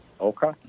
Okay